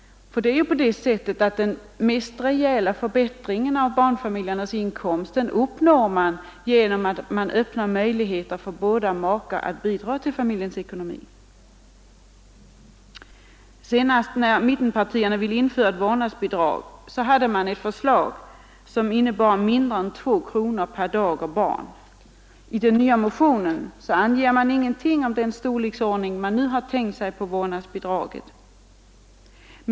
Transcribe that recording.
Ty den mest rejäla förbättringen av barnfamiljernas inkomst uppnås genom att man öppnar möjligheter för båda makarna att bidra till familjens ekonomi. Senast när mittenpartierna ville införa ett vårdnadsbidrag hade man ett förslag som innebar mindre än 2 kronor per dag och per barn. I den nya motionen anger man inget om den storleksordning man nu tänker sig för vårdnadsbidraget.